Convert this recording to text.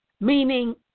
Meaning